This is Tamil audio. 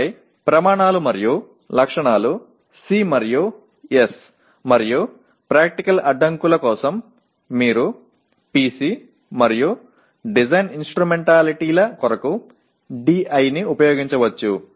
பின்னர் அளவுகோல்கள் மற்றும் விவரக்குறிப்புகள் C மற்றும் S நடைமுறை கட்டுப்பாடுகளுக்கு நீங்கள் PC மற்றும் வடிவமைப்பு கருவிகளுக்கு நீங்கள் DI ஐப் பயன்படுத்தலாம் சரியா